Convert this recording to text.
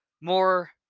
More